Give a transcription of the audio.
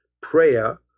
Prayer